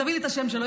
תביא לי את השם שלו.